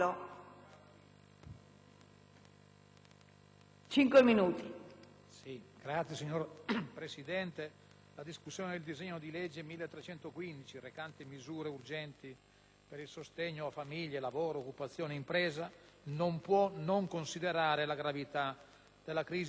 di conversione del decreto-legge n. 185, recante misure urgenti per il sostegno a famiglie, lavoro, occupazione e impresa, non può non considerare la gravità della crisi economica in atto.